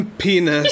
penis